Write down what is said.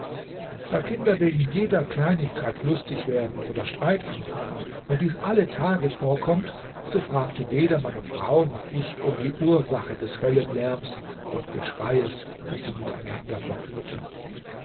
da kinder wegen jeder kleinigkeit lustig werden oder streit anfangen und dies alle tage vorkommt so fragte weder meine frau noch ich um die ursache des höllenlärms und geschreies das sie miteinander verführten